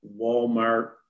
Walmart